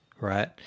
Right